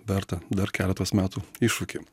vertą dar keletos metų iššūkį